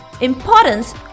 importance